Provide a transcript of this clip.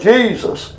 Jesus